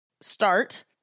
start